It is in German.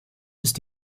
ist